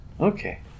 Okay